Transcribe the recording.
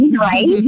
Right